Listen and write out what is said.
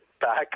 back